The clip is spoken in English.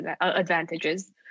advantages